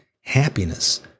happiness